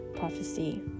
prophecy